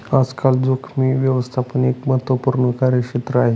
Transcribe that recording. आजकाल जोखीम व्यवस्थापन एक महत्त्वपूर्ण कार्यक्षेत्र आहे